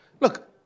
Look